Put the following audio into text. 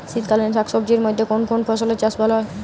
শীতকালীন শাকসবজির মধ্যে কোন কোন ফসলের চাষ ভালো হয়?